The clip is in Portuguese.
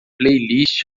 playlist